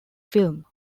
film